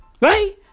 right